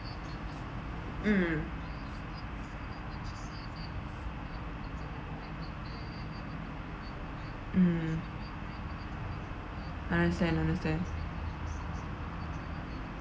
mm mm understand understand